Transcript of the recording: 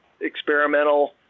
experimental